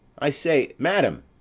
i say! madam!